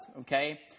okay